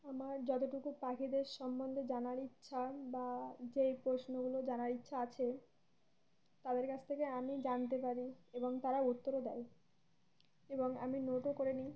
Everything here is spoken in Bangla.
আমার যতটুকু পাখিদের সম্বন্ধে জানার ইচ্ছা বা যেই প্রশ্নগুলো জানার ইচ্ছা আছে তাদের কাছ থেকে আমি জানতে পারি এবং তারা উত্তরও দেয় এবং আমি নোটও করে নিই